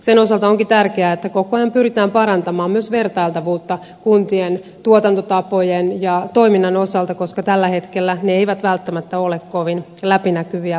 sen osalta onkin tärkeää että koko ajan pyritään parantamaan myös vertailtavuutta kuntien tuotantotapojen ja toiminnan osalta koska tällä hetkellä ne eivät välttämättä ole kovin läpinäkyviä ulospäin